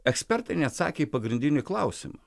ekspertai neatsakė į pagrindinį klausimą